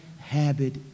habit